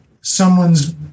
someone's